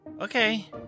Okay